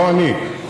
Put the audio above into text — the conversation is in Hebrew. לא אני.